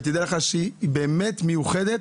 ותדע לך שהיא באמת מיוחדת,